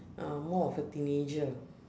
um more of a teenager